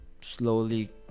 slowly